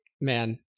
Man